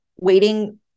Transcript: waiting